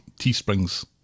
Teespring's